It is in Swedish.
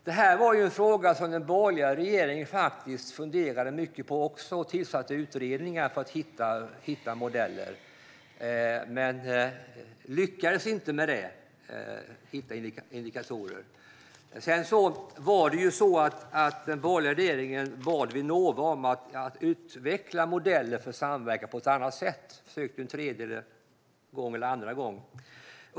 Detta var en fråga som den borgerliga regeringen funderade mycket på, och den tillsatte utredningar för att hitta modeller. Men den lyckades inte med att hitta indikatorer. Den borgerliga regeringen bad Vinnova att utveckla modeller för samverkan på ett annat sätt. Den försökte en tredje eller en andra gång.